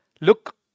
Look